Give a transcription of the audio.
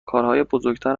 بزرگتر